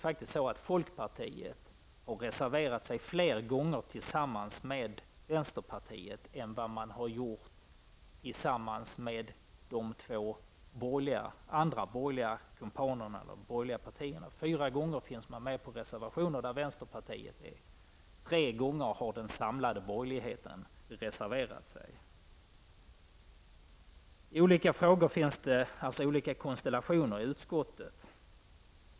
Folkpartiet har faktiskt reserverat sig fler gånger tillsammans med vänsterpartiet än tillsammans med de två andra borgerliga partierna. Fyra gånger har folkpartiet reserverat sig tillsammans med vänsterpartiet. Tre gånger har den samlade borgligheten reserverat sig. I olika frågor finns det olika konstellationer i utskottet.